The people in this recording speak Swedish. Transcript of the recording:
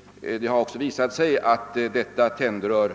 Redan 1956 påpekades att detta tändrör